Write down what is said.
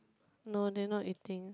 no they not eating